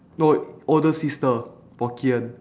no older sister for ki-en